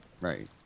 right